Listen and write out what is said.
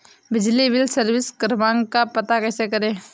बिजली bill service क्रमांक का पता कैसे करें?